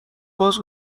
باز